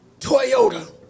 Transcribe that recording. Toyota